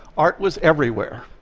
art was everywhere.